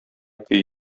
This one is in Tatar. көй